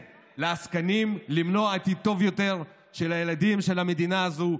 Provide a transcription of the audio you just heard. לעסקנים למנוע עתיד טוב יותר לילדים של המדינה הזאת,